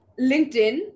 LinkedIn